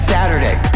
Saturday